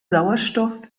sauerstoff